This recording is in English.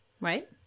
Right